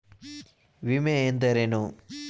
ವಿಮೆ ಎಂದರೇನು?